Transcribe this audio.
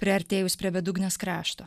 priartėjus prie bedugnės krašto